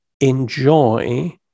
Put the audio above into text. enjoy